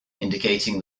indicating